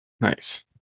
Nice